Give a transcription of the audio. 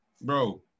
Bro